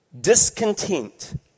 Discontent